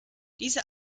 diese